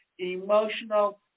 emotional